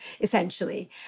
essentially